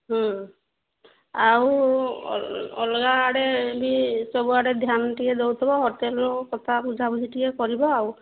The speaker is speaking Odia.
ହୁଁ ଆଉ ଅଲଗା ଆଡ଼େ ବି ସବୁଆଡ଼େ ଧ୍ୟାନ ଟିକେ ଦେଉଥିବ ହୋଟେଲରୁ କଥା ବୁଝାବୁଝି ଟିକେ କରିବ ଆଉ